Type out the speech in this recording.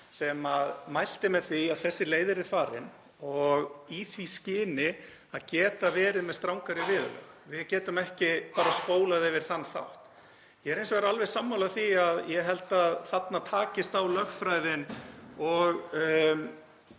sem mælti með því að þessi leið yrði farin og í því skyni að geta verið með strangari viðurlög. Við getum ekki bara spólað yfir þann þátt. Ég er hins vegar alveg sammála því að ég held að þarna takist á lögfræðin og